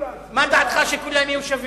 מה דעתך שכולם יהיו שווים?